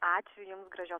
ačiū jums gražios